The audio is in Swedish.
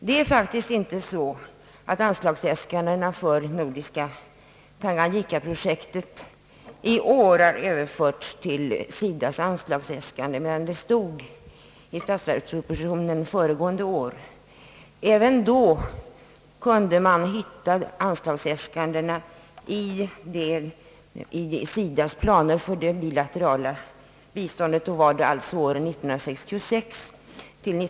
Det är faktiskt inte så, att det nordiska tanganyikaprojektet har överförts till SIDA:s anslagsäskande i år — även i förra årets statsverksproposition kunde man hitta anslagsäskandena i SIDA :s planer för det bilaterala biståndet; då gällde det alltså budgetåret 1966/67.